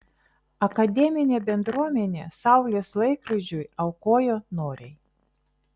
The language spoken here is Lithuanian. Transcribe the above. akademinė bendruomenė saulės laikrodžiui aukojo noriai